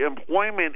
employment